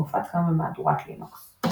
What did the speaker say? מופץ גם במהדורת לינוקס.